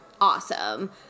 awesome